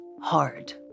hard